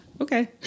Okay